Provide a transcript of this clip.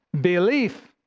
belief